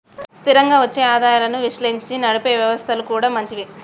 స్థిరంగా వచ్చే ఆదాయాలను విశ్లేషించి నడిపే వ్యవస్థలు కూడా మంచివే